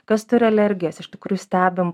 kas turi alergijas iš tikrųjų stebim